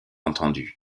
entendus